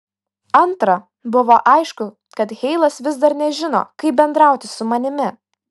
antra buvo aišku kad heilas vis dar nežino kaip bendrauti su manimi